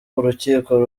urukiko